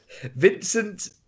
Vincent